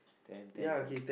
ten ten ten